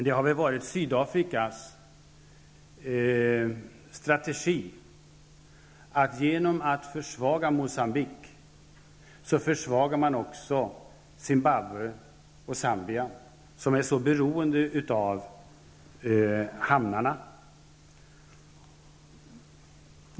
Det har varit Sydafrikas strategi, att genom att försvaga Moçambique också kunna försvaga Zimbabwe och Zambia, som är så beroende av hamnarna.